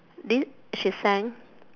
thi~ she sang